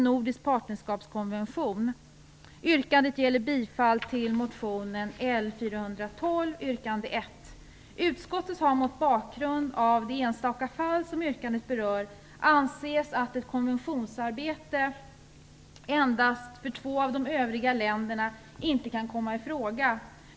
Utskottet har mot bakgrund av det enstaka fall som yrkandet berör ansett att ett konventionsarbete för endast två av de övriga länderna inte kan komma i fråga.